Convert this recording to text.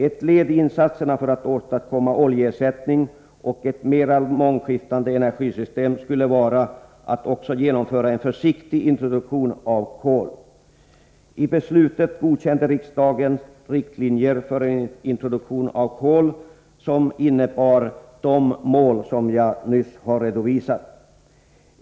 Ett led i insatserna för att åstadkomma oljeersättning och ett mera mångskiftande energisystem skulle vara att också genomföra en försiktig introduktion av kol. I beslutet godkände riksdagen riktlinjer för en introduktion av kol som innebar de mål som jag nyss redovisade.